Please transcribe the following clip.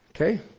Okay